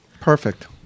Perfect